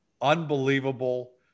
Unbelievable